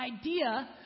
idea